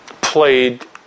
Played